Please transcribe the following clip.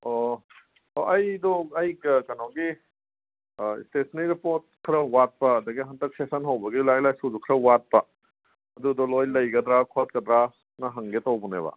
ꯑꯣ ꯑꯣ ꯑꯩꯗꯣ ꯑꯩ ꯑꯥ ꯀꯩꯅꯣꯒꯤ ꯑꯥ ꯏꯁꯇꯦꯁꯟꯅꯦꯔꯤꯗ ꯄꯣꯠ ꯈꯔ ꯋꯥꯠꯄ ꯑꯗꯒꯤ ꯍꯟꯗꯛ ꯁꯦꯁꯁꯟ ꯍꯧꯕꯒꯤ ꯂꯥꯏꯔꯤꯛ ꯂꯥꯏꯁꯨꯗꯨ ꯈꯔ ꯋꯥꯠꯄ ꯑꯗꯨꯗꯣ ꯂꯣꯏ ꯂꯩꯒꯗ꯭ꯔꯥ ꯈꯣꯠꯀꯗ꯭ꯔꯥꯅ ꯍꯪꯒꯦ ꯇꯧꯕꯅꯦꯕ